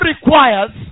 requires